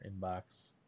inbox